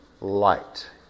light